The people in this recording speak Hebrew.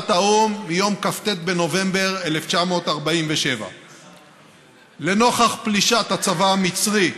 האו"ם מיום כ"ט בנובמבר 1947. לנוכח פלישת הצבא המצרי,